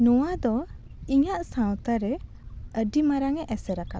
ᱱᱚᱣᱟ ᱫᱚ ᱤᱧᱟᱹᱜ ᱥᱟᱶᱛᱟ ᱨᱮ ᱟᱹᱰᱤ ᱢᱟᱨᱟᱝ ᱮ ᱮᱥᱮᱨ ᱟᱠᱟᱫᱟ